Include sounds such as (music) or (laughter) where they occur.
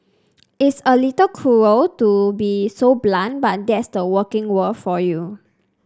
(noise) it's a little cruel to be so blunt but that's the working world for you